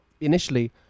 initially